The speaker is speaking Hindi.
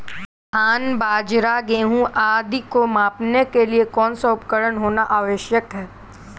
धान बाजरा गेहूँ आदि को मापने के लिए कौन सा उपकरण होना आवश्यक है?